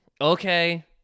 Okay